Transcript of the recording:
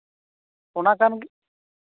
ᱚᱱᱟ ᱠᱟᱱ